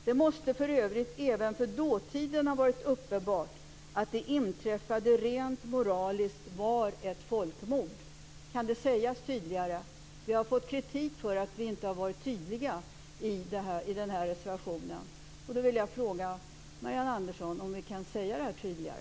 Det måste för övrigt även för dåtiden ha varit uppenbart att det inträffade rent moraliskt var ett folkmord." Kan det sägas tydligare? Vi har fått kritik för att vi inte har varit tydliga i den här reservationen. Jag vill fråga Marianne Andersson om vi kan säga det här tydligare.